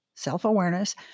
self-awareness